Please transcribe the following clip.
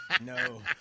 No